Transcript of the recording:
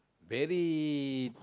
very